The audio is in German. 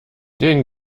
den